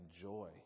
joy